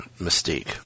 Mystique